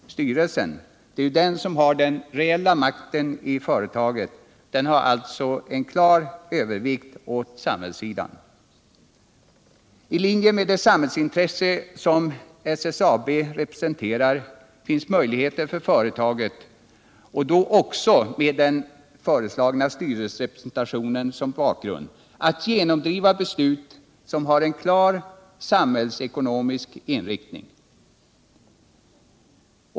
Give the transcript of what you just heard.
Styrelsen — det är ju den som har den reella makten i företaget — har alltså en klar övervikt åt samhällssidan. I linje med det samhällsintresse som SSAB representerar finns möjligheter för företaget, och då också med den föreslagna styrelserepresentationen som bakgrund, att genomdriva beslut som har en klar samhällsekonomisk inriktning.